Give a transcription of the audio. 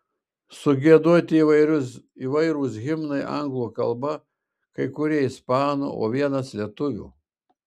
sugiedoti įvairūs himnai anglų kalba kai kurie ispanų o vienas lietuvių